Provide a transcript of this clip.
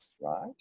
right